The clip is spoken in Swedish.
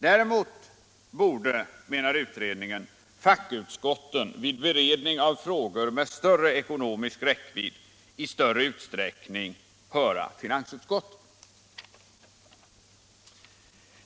Däremot borde, menar utredningen, fackutskotten vid beredning av frå gor med stor ekonomisk räckvidd i större utsträckning höra finansutskottet.